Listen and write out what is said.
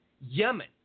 yemen